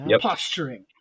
posturing